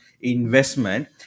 investment